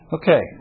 Okay